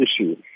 issue